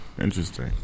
interesting